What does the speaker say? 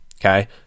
okay